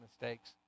mistakes